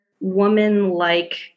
woman-like